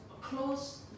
close